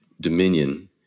dominion